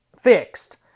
fixed